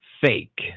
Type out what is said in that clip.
fake